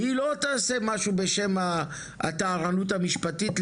היא לא תעשה משהו בשם הטהרנות המשפטית,